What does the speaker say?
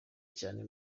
cyane